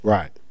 Right